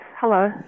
hello